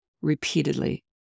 repeatedly